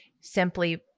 simply